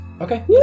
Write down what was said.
Okay